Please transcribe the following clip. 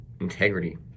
integrity